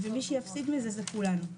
מי שיפסיד מזה, זה כולנו.